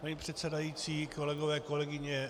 Paní předsedající, kolegové, kolegyně.